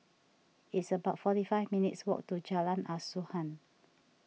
it's about forty five minutes' walk to Jalan Asuhan